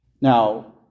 Now